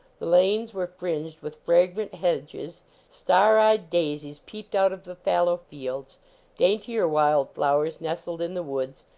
the lanes were fringed with fragrant hedges star eyed daisies peeped out of the fallow fields daintier wild flowers nestled in the woods,